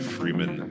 Freeman